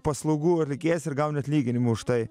paslaugų reikės ir gauni atlyginimą už tai